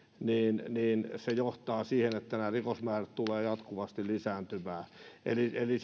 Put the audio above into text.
niin niin se johtaa siihen että nämä rikosmäärät tulevat jatkuvasti lisääntymään eli eli